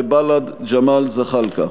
בל"ד: ג'מאל זחאלקה.